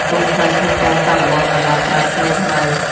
កុំខ្លាចក្នុងការសាកល្បងដំណោះស្រាយថ្មីៗ។